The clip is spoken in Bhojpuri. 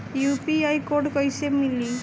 यू.पी.आई कोड कैसे मिली?